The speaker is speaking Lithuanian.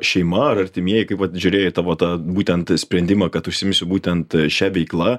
šeima ar artimieji kaip vat žiūrėjo į tavo tą būtent sprendimą kad užsiimsiu būtent šia veikla